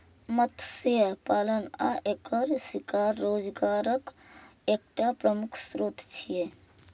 मत्स्य पालन आ एकर शिकार रोजगारक एकटा प्रमुख स्रोत छियै